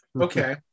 Okay